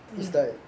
mm